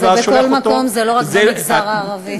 אבל זה בכל מקום, זה לא רק במגזר הערבי.